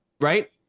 Right